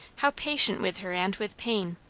how patient with her and with pain.